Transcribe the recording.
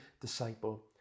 disciple